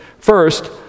First